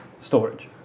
storage